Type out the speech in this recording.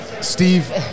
Steve